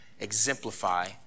exemplify